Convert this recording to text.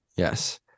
Yes